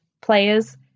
players